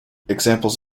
examples